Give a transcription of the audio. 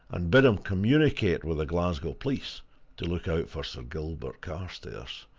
and bid him communicate with the glasgow police to look out for sir gilbert carstairs.